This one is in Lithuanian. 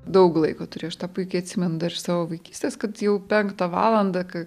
daug laiko turėjo aš tą puikiai atsimenu dar iš savo vaikystės kad jau penktą valandą ka